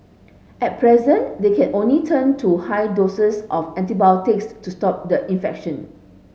at present they can only turn to high doses of antibiotics to stop the infection